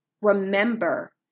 remember